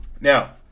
Now